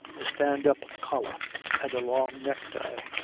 a stand-up collar and a long necktie.